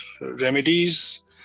remedies